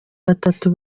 batatu